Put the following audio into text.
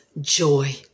joy